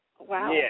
Wow